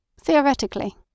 Theoretically